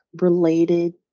related